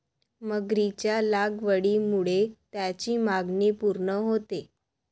मगरीच्या लागवडीमुळे त्याची मागणी पूर्ण होते